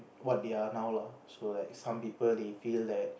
what they are now lah so like some people they feel that